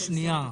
מהממ"מ?